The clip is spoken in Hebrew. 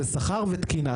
זה שכר ותקינה,